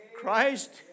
Christ